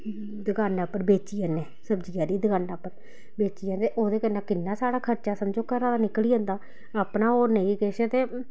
दकानां उप्पर बेची औन्नें सब्जी आह्ली दकाना उप्पर बेची औन्नें ते ओह्दे कन्नै किन्ना साढ़ा खर्चा समझो घरा दा निकली जंदा अपना होर नेईं किश ते